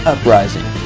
Uprising